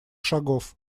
шагов